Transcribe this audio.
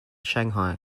shanghai